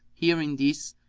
hearing this,